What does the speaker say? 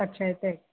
अच्छा येत आहे